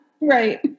Right